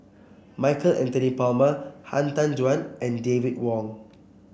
Michael Anthony Palmer Han Tan Juan and David Wong